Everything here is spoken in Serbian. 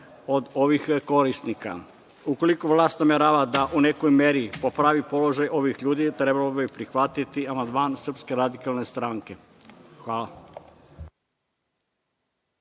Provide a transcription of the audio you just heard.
od ovih korisnika. Ukoliko vlast namerava da u nekoj meri popravi položaj ovih ljudi trebala bi prihvatiti amandman Srpske radikalne stranke. Hvala.